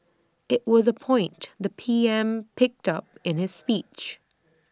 IT was A point the P M picked up in his speech